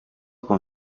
con